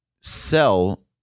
sell